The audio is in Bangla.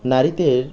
নারীদের